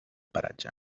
paratge